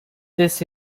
this